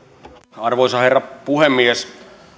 arvoisa herra puhemies